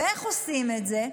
איך עושים את זה?